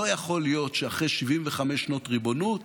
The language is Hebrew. לא יכול להיות שאחרי 75 שנות ריבונות